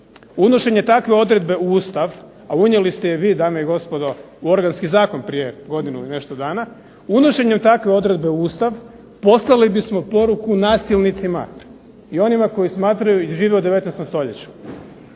Unošenje takve odredbe u Ustav, a unijeli ste je vi dame i gospodo u Organski zakon prije godinu i nešto dana, unošenjem takve odredbe u Ustav, poslali bismo poruku nasilnicima i onima koji smatraju i žive u 19. stoljeću.